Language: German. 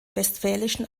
westfälischen